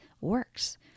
works